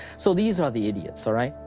so these are the idiots, all right?